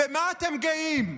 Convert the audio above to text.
במה אתה גאים?